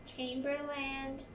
Chamberland